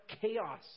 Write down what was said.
chaos